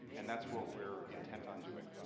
and that's what we're intent on doing.